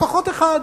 לפחות אחד.